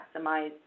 maximize